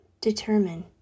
determine